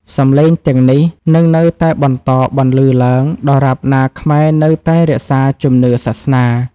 សំឡេងទាំងនេះនឹងនៅតែបន្តបន្លឺឡើង ដរាបណាខ្មែរនៅតែរក្សាជំនឿសាសនា។